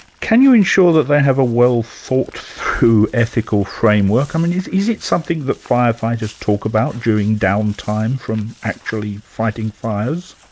can you ensure that they have a well thought through ethical framework? i mean is is it something that firefighters talk about during down time from actually fighting fires?